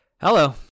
Hello